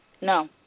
No